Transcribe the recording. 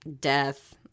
Death